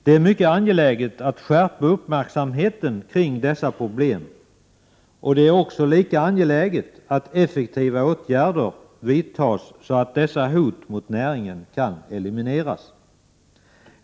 Det är mycket angeläget att skärpa uppmärksamheten på dessa problem. Det är lika angeläget att effektiva åtgärder vidtas, så att dessa hot mot näringen kan elimineras.